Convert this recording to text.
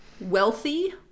wealthy